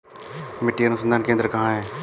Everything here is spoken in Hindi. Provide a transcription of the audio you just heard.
मिट्टी अनुसंधान केंद्र कहाँ है?